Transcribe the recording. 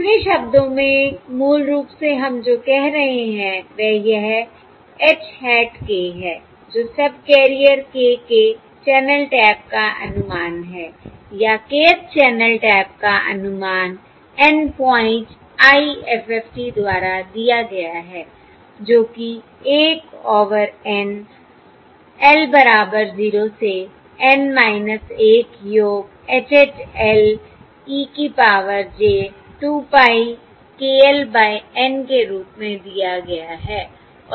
दूसरे शब्दों में मूल रूप से हम जो कह रहे हैं वह यह H hat k है जो सबकैरियर k के चैनल टैप का अनुमान है या kth चैनल टैप का अनुमान N प्वाइंट IFFT द्वारा दिया गया है जो कि 1 ओवर N L बराबर 0 से N 1 योग H hat l e की power j 2 pie k l by N के रूप में दिया गया है